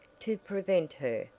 to prevent her,